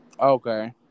Okay